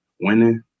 winning